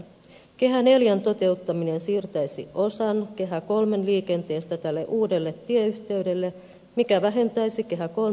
kehä ivn toteuttaminen siirtäisi osan kehä iiin liikenteestä tälle uudelle tieyh teydelle mikä vähentäisi kehä iiin liikennepainetta